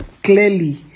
clearly